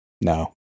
No